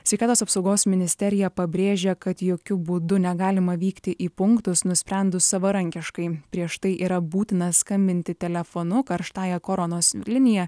sveikatos apsaugos ministerija pabrėžė kad jokiu būdu negalima vykti į punktus nusprendus savarankiškai prieš tai yra būtina skambinti telefonu karštąja koronos linija